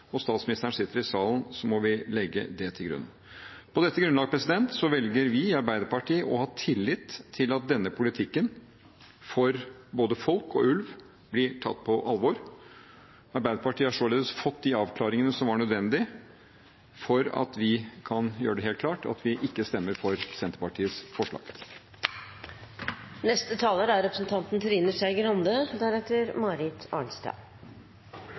og statsministeren sitter i salen, må vi legge det til grunn. På dette grunnlaget velger vi i Arbeiderpartiet å ha tillit til at denne politikken for både folk og ulv blir tatt på alvor. Arbeiderpartiet har således fått de avklaringene som var nødvendig for at vi kan gjøre det helt klart at vi ikke stemmer for Senterpartiets forslag. Ja, det var godt. Jeg satte meg ned og kikket på de mistillitsforslagene som er